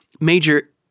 major